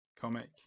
comic